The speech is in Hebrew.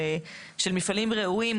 של מפעלים ראויים,